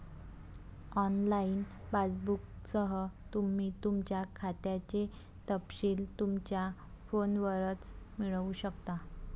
online पासबुकसह, तुम्ही तुमच्या खात्याचे तपशील तुमच्या फोनवरच मिळवू शकता